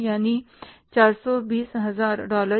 यानी 420 हजार डॉलर